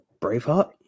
Braveheart